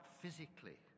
physically